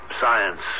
Science